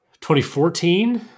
2014